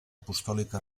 apostòlica